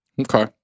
Okay